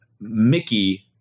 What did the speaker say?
Mickey